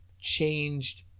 changed